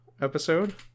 episode